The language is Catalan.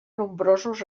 nombrosos